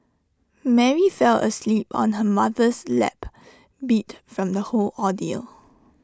Mary fell asleep on her mother's lap beat from the whole ordeal